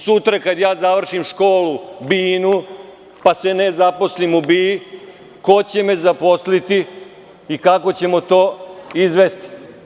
Sutra kad ja završim školu BIA, pa se ne zaposlim u BIA, ko će me zaposliti i kako ćemo to izvesti?